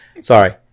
Sorry